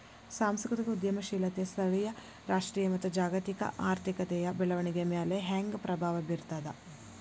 ಸಾಂಸ್ಕೃತಿಕ ಉದ್ಯಮಶೇಲತೆ ಸ್ಥಳೇಯ ರಾಷ್ಟ್ರೇಯ ಮತ್ತ ಜಾಗತಿಕ ಆರ್ಥಿಕತೆಯ ಬೆಳವಣಿಗೆಯ ಮ್ಯಾಲೆ ಹೆಂಗ ಪ್ರಭಾವ ಬೇರ್ತದ